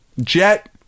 Jet